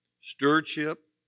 Stewardship